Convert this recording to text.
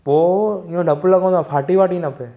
पोइ मूंखे डपु लॻंदो आहे फाटी वाटी न पए